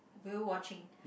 whale watching